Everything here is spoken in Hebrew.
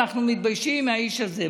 אנחנו מתביישים מהאיש הזה.